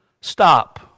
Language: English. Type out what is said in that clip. Stop